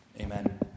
Amen